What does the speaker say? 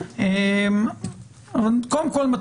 קודם כול,